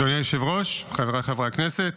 אדוני היושב-ראש, חבריי חברי הכנסת,